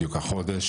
בדיוק החודש,